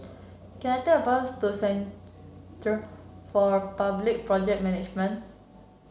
can I take a bus to Centre for Public Project Management